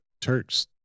Turks